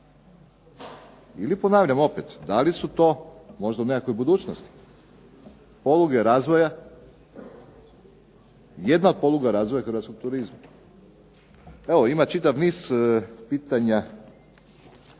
Ili ponavljam opet, da li su to možda u nekakvoj budućnosti jedna od poluga razvoja hrvatskog turizma? Evo ima čitav niz pitanja